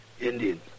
Indian